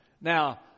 Now